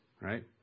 right